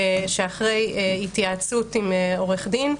שאחרי התייעצות עם עורך דין,